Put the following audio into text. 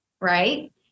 right